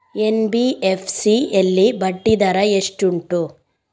NBFC ಯಲ್ಲಿ ಬಡ್ಡಿ ದರ ಎಷ್ಟು ಉಂಟು?